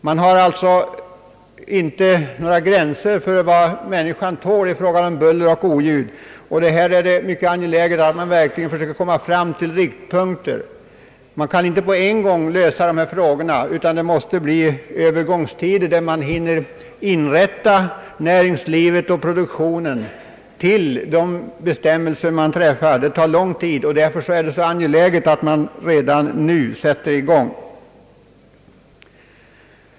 Man har alltså inte fastställt några gränser för vad människan tål i fråga om buller och oljud, men det är mycket angeläget att man verkligen försöker komma fram till riktlinjer. Dessa frågor kan inte lösas på en gång. Det måste bli övergångstider, så att näringslivet och produktionen kan inrätta sig efter bestämmelserna. Det tar lång tid, och det är därför angeläget att man redan nu sätter i gång.